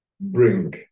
bring